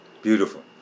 Beautiful